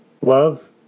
love